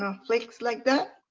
ah flicks? like that.